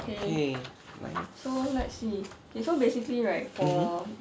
okay 来 mmhmm